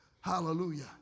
Hallelujah